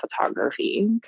photography